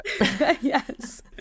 Yes